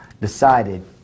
decided